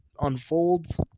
unfolds